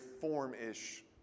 form-ish